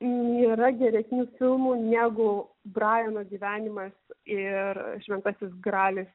nėra geresnių filmų negu brajano gyvenimas ir šventasis gralis